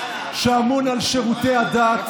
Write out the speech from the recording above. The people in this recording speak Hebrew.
שאמון על שירותי הדת,